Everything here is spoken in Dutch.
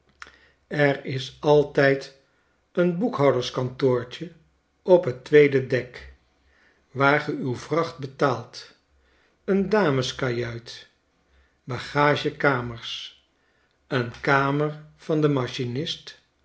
er is altijd een boekhouderskantoortje op t tweede dek waar ge uw vracht betaalt een dameskajuit bagagekamers een kamer van den machinist